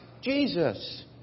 Jesus